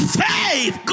faith